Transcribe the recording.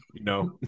no